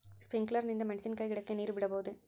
Sprinkler ನಿಂದ ಮೆಣಸಿನಕಾಯಿ ಗಿಡಕ್ಕೆ ನೇರು ಬಿಡಬಹುದೆ?